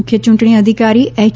મુખ્ય ચૂંટણી અધિકારી એચ